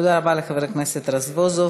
תודה רבה לחבר הכנסת רזבוזוב.